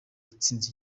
watsinze